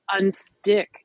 unstick